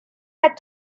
had